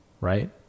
right